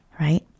right